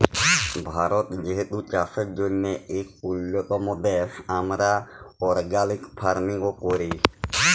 ভারত যেহেতু চাষের জ্যনহে ইক উল্যতম দ্যাশ, আমরা অর্গ্যালিক ফার্মিংও ক্যরি